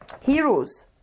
Heroes